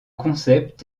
concept